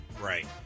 Right